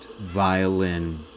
violin